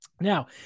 Now